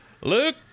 Luke